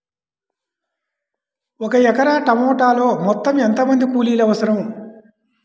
ఒక ఎకరా టమాటలో మొత్తం ఎంత మంది కూలీలు అవసరం?